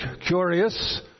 curious